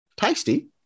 Tasty